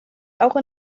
auch